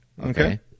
Okay